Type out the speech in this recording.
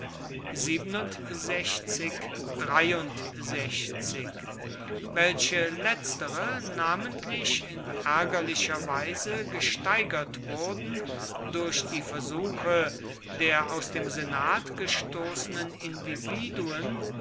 welche letztere namentlich in ärgerlicher weise gesteigert wurden durch die versuche der aus dem senat gestoßenen individuen